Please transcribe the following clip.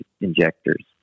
injectors